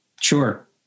Sure